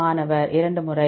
மாணவர் இரண்டு முறை